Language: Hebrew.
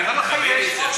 אני אומר לך, יש.